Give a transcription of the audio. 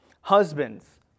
husbands